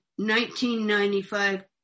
1995